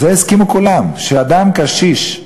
ועל זה הסכימו כולם: שאדם קשיש,